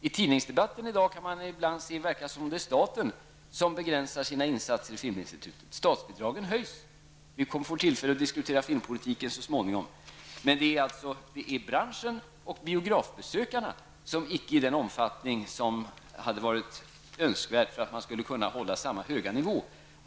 I tidningsdebatten i dag kan man ibland få intrycket att det är staten som begränsar sina insatser till Filminstitutet. Men statsbidragen höjs. Vi får så småningom tillfälle att diskutera filmpolitiken. Det är alltså branschen och biografbesökarna som icke har lämnat bidrag i den omfattning som hade varit önskvärt för att man skulle kunna hålla samma höga nivå.